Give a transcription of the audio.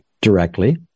directly